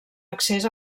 accés